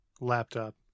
laptop